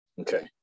Okay